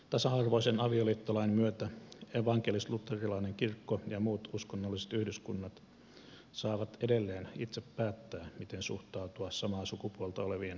tasa arvoisen avioliittolain myötä evankelisluterilainen kirkko ja muut uskonnolliset yhdyskunnat saavat edelleen itse päättää miten suhtautua samaa sukupuolta olevien avioliittoihin